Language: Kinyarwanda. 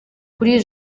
kuri